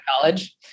college